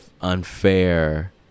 unfair